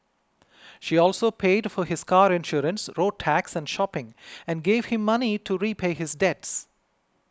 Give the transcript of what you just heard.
she also paid for his car insurance road tax and shopping and gave him money to repay his debts